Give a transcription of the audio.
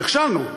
נכשלנו.